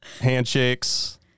handshakes